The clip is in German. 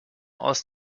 aus